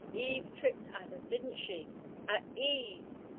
eve tricked adam, didn't she a eve!